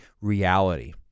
reality